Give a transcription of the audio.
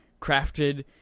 crafted